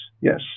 Yes